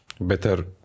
better